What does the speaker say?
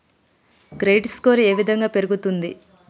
Credit score ఏ విధంగా పెరుగుతుంది?